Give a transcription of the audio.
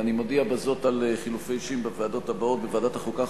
אני מודיע בזאת על חילופי אישים בוועדות הבאות: בוועדת החוקה,